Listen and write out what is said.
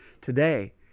Today